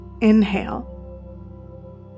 Inhale